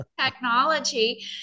technology